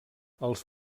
els